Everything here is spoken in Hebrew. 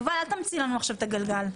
יובל, אל תמציא לנו עכשיו את הגלגל.